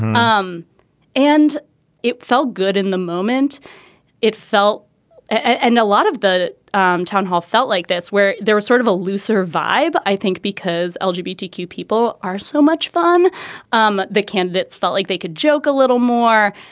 um and it felt good in the moment it felt and a lot of the um town hall felt like this where there was sort of a looser vibe. i think because lgbtq people are so much fun um the candidates felt like they could joke a little more.